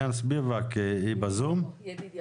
ידידיה